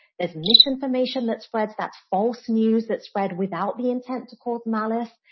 there's misinformation that spreads, that's false news that spread without the intent to cause malice.